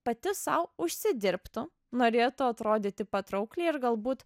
pati sau užsidirbtų norėtų atrodyti patraukliai ir galbūt